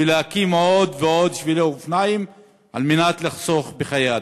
ולהקים עוד ועוד שבילי אופניים על מנת לחסוך בחיי אדם.